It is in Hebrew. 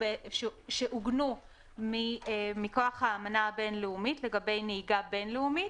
שעוגנו מכוח האמנה הבין-לאומית לגבי נהיגה בין-לאומית,